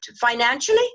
financially